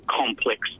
complex